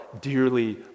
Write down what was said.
dearly